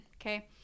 okay